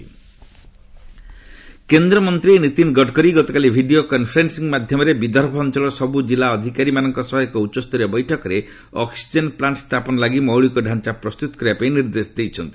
ମହା ଗଡକାରୀ ମିଟିଂ କେନ୍ଦ୍ରମନ୍ତ୍ରୀ ନିତିନ୍ ଗଡକରୀ ଗତକାଲି ଭିଡିଓ କନ୍ଫରେନ୍ସିଂ ମାଧ୍ୟମରେ ବିଦର୍ଭ ଅଞ୍ଚଳର ସବୁ ଜିଲ୍ଲା ଅଧିକାରୀମାନଙ୍କ ସହ ଏକ ଉଚ୍ଚସ୍ତରୀୟ ବୈଠକରେ ଅକ୍ୱିଜେନ ପ୍ଲାର୍କ ସ୍ଥାପନ ଲାଗି ମୌଳିକ ଢାଞ୍ଚା ପ୍ରସ୍ତୁତ କରିବା ପାଇଁ ନିର୍ଦ୍ଦେଶ ଦେଇଛନ୍ତି